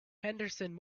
henderson